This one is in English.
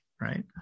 Right